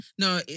No